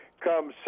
come